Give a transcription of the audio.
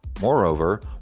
Moreover